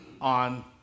on